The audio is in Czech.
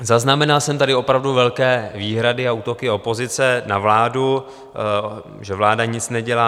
Zaznamenal jsem tady opravdu velké výhrady a útoky opozice na vládu, že vláda nic nedělá.